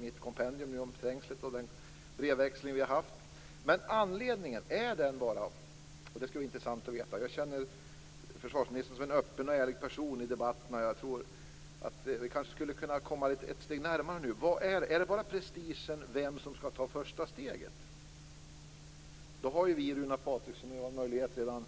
Mitt kompendium om Trängslet och den brevväxling vi har haft är tjockt. Det skulle vara intressant att veta vad anledningen är. Jag känner försvarsministern som en öppen och ärlig person i debatterna. Jag tror att vi kanske skulle kunna komma ett steg närmare nu. Är det bara prestigen när det gäller vem som skall ta första steget? Då har ju Runar Patriksson och jag en möjlighet redan